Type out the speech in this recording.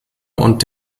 und